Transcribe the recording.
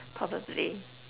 probably